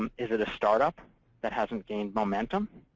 um is it a start-up that hasn't gained momentum?